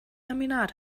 laminat